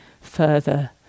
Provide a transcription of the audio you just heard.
further